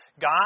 God